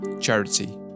Charity